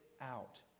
out